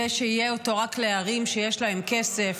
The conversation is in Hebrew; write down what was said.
זה שיהיה אותו רק לערים שיש להן כסף,